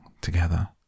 together